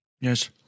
yes